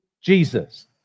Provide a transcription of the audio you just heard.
Jesus